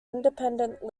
independent